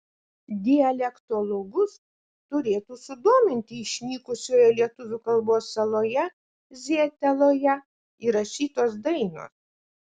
dialektologus turėtų sudominti išnykusioje lietuvių kalbos saloje zieteloje įrašytos dainos